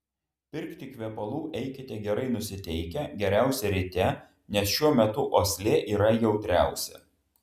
pirkti kvepalų eikite gerai nusiteikę geriausia ryte nes šiuo metu uoslė yra jautriausia